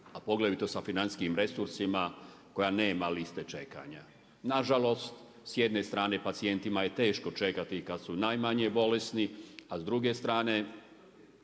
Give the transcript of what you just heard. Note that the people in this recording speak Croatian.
a poglavito sa financijskim resursima koja nema liste čekanja. Na žalost s jedne strane pacijentima je teško čekati kad su najmanje bolesni, a s druge strane